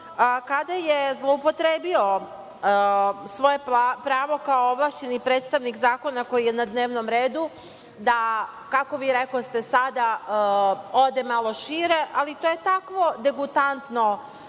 kada je zloupotrebio svoje pravo kao ovlašćeni predstavnik zakona koji je na dnevnom redu da, kako vi rekoste sada, ode malo šire, ali to je takvo degutantno